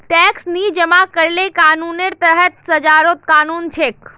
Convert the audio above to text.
tax नी जमा करले कानूनेर तहत सजारो कानून छेक